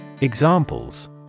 Examples